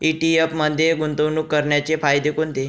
ETF मध्ये गुंतवणूक करण्याचे फायदे कोणते?